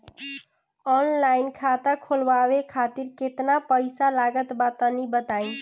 Online खाता खूलवावे खातिर केतना पईसा लागत बा तनि बताईं?